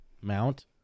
mount